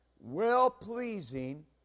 well-pleasing